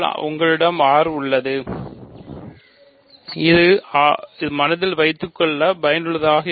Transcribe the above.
எங்களிடம் R உள்ளது இது மனதில் வைத்துக்கொள்ள பயனுள்ளதாக இருக்கும்